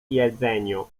jedzeniu